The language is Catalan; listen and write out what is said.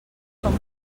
són